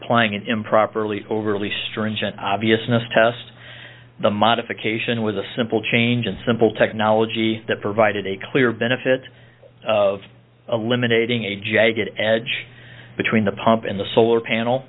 applying an improperly overly stringent obviousness test the modification was a simple change in simple technology that provided a clear benefit of eliminating a jagged edge between the pump in the solar panel